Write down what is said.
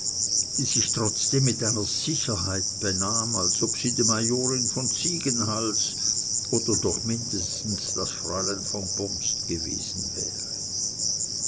die sich trotzdem mit einer sicherheit benahm als ob sie die majorin von ziegenhals oder doch mindestens das fräulein von bomst gewesen wäre